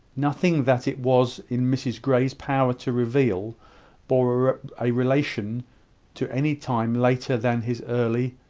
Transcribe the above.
nothing that it was in mrs grey's power to reveal bore a relation to any time later than his early,